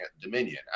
Dominion